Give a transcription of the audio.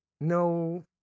No